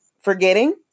forgetting